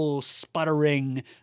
sputtering